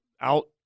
out